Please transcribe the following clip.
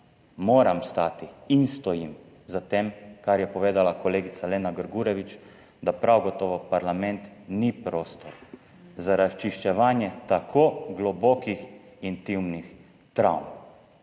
moram stati in stojim za tem, kar je povedala kolegica Lena Grgurevič, da prav gotovo parlament ni prostor za razčiščevanje tako globokih intimnih travm.